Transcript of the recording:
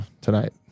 tonight